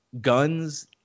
guns